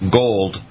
gold